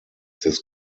des